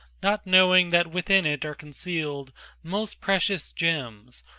not knowing that within it are concealed most precious gems,